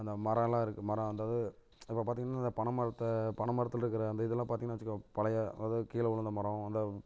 அந்த மரலாம் இருக்கு மரன்றது இப்போ பார்த்திங்கனா இந்த பனை மரத்தை பன மரத்தில் இருக்கிற அந்த இதெல்லாம் பார்த்தினா வச்சுக்கோ பழைய அதாவது கீழே விழுந்த மரம் அந்த